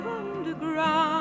underground